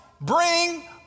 bring